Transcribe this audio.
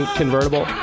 convertible